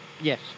Yes